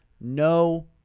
no